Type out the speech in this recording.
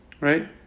right